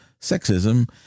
sexism